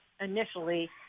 initially